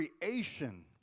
creation